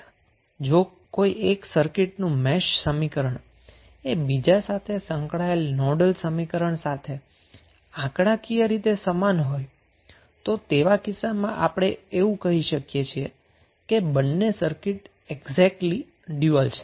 હવે જો કોઈ એક સર્કિટનું મેશ સમીકરણ એ બીજાની સાથે સંકળાયેલ નોડલ સમીકરણ સાથે ન્યુમેરિકલી સમાન હોય તો તેવા કિસ્સામાં આપણે એવું કહી શકીએ કે બંને સર્કિટ એક્ઝેટલી ડયુઅલ છે